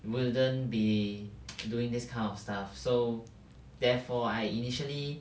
wouldn't be doing this kind of stuff so therefore I initially